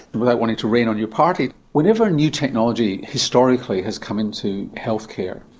without wanting to rain on your party, whenever new technology historically has come into healthcare,